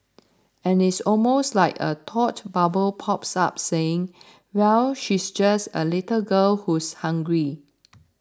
and it's almost like a thought bubble pops up saying well she's just a little girl who's hungry